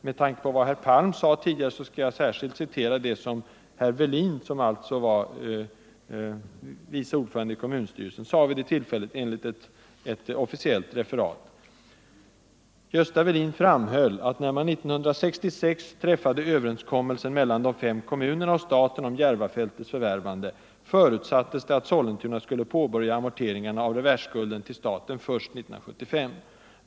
Med tanke på herr Palms anförande skall jag citera vad herr Welin, som alltså vid det tillfället var kommunstyrelsens vice ordförande, yttrade enligt ett officiellt referat: ”Gösta Welin framhöll att när man 1966 träffade överenskommelsen mellan de fem kommunerna och staten om Järvafältets förvärvande förutsattes det att Sollentuna skulle påbörja amorteringarna av reversskulden till staten först 1975.